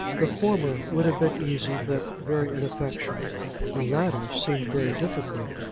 the former would have been easy, but very ineffectual the latter seemed very difficult,